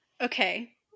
okay